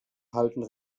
halten